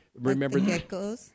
remember